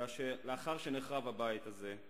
אלא שלאחר שנחרב הבית הזה,